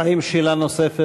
האם יש שאלה נוספת?